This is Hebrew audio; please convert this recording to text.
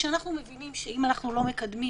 כשאנחנו מבינים שאם אנחנו לא מקדמים